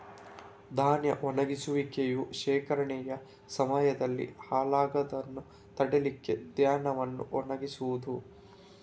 ಧಾನ್ಯ ಒಣಗಿಸುವಿಕೆಯು ಶೇಖರಣೆಯ ಸಮಯದಲ್ಲಿ ಹಾಳಾಗುದನ್ನ ತಡೀಲಿಕ್ಕೆ ಧಾನ್ಯವನ್ನ ಒಣಗಿಸುದು